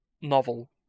novel